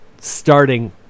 starting